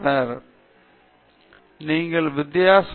உங்கள் ஆர்வம் போல் அவர்கள் சில படிப்புகள் எடுத்து தருகிறார்கள்